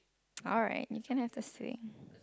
alright you can have this today